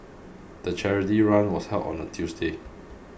the charity run was held on a Tuesday